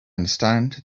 understand